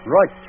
Right